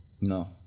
No